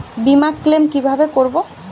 বিমা ক্লেম কিভাবে করব?